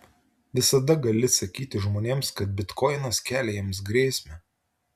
visada gali sakyti žmonėms kad bitkoinas kelia jiems grėsmę